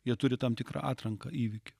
jie turi tam tikrą atranką įvykių